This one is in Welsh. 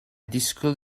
disgwyl